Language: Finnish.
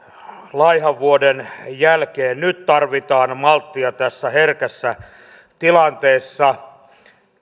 laihan vuoden jälkeen nyt tarvitaan malttia tässä herkässä tilanteessa